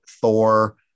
Thor